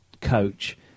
coach